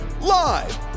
live